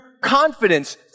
confidence